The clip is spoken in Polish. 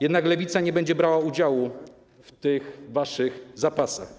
Jednak Lewica nie będzie brała udziału w tych waszych zapasach.